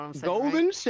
Golden